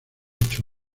ocho